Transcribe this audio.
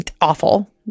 awful